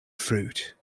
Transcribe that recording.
fruit